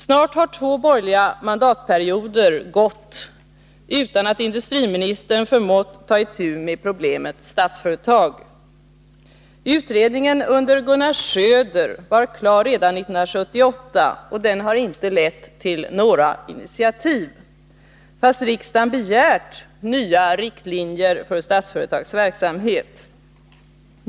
Snart har två borgerliga mandatperioder gått utan att industriministern har förmått ta itu med problemet Statsföretag. Utredningen under Gunnar Söder var klar redan 1978, och den har inte lett till några initiativ, fastän riksdagen har begärt nya riktlinjer för Statsföretags verksamhet.